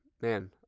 man